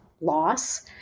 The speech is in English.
loss